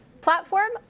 platform